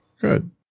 Good